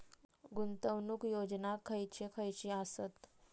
गुंतवणूक योजना खयचे खयचे आसत?